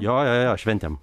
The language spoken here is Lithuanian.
jo jo jo šventėm